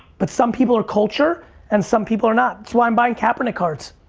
but some people are culture and some people are not it's why i'm buying kaepernick cards,